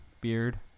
beard